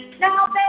Now